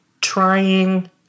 trying